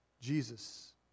Jesus